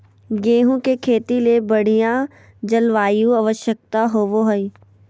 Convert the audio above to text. गेहूँ के खेती ले बढ़िया जलवायु आवश्यकता होबो हइ